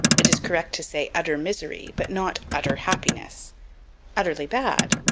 it is correct to say utter misery, but not utter happiness utterly bad,